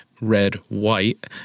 red-white